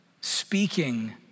speaking